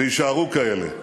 ויישארו כאלה.